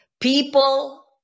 people